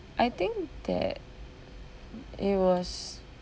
I think that it was